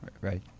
Right